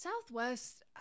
Southwest